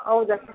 ಹೌದಾ ಸರ್